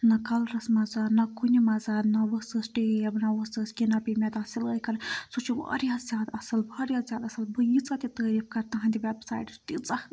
نہ کَلرَس منٛز نہ کُنہِ منٛزَن نہ ؤژھٕس ٹیب نہ ؤژھٕس کیٚنہہ نَہ پیٚیہِ مےٚ تَتھ سِلٲے کَرٕنۍ سُہ چھُ واریاہ زیادٕ اَصٕل واریاہ زیادٕ اَصٕل بہٕ ییٖژاہ تہِ تعٲریٖف کَرٕ تُہٕنٛدِ وٮ۪بسایٹٕچ تیٖژاہ